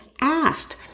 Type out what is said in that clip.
asked